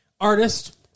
Artist